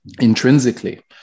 intrinsically